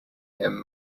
him